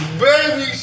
Baby